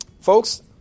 Folks